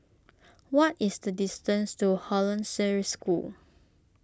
what is the distance to Hollandse School